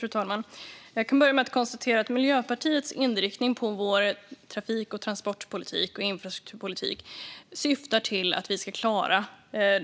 Fru talman! Miljöpartiets inriktning på vår trafik och transportpolitik och infrastrukturpolitik syftar till att vi ska klara